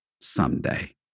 Someday